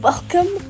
Welcome